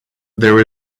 there